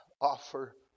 offer